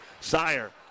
Sire